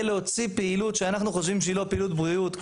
להוציא פעילות שאנחנו חושבים שהיא לא פעילות בריאות,